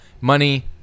money